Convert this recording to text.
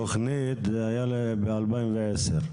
תוכנית, זה היה ב-2010.